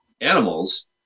animals